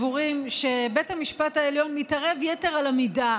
שבית המשפט העליון מתערב יתר על המידה